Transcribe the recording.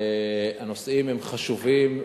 והנושאים הם חשובים,